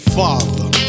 father